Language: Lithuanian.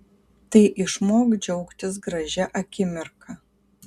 tai išmok džiaugtis gražia akimirka